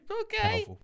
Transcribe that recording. okay